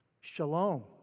Shalom